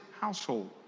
household